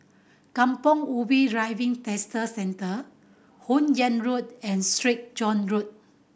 Kampong Ubi Driving Test Centre Hun Yeang Road and Sreet John Road